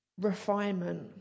refinement